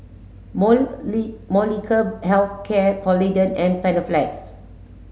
Molnylcke health care Polident and Panaflex